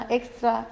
extra